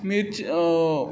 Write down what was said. मिरच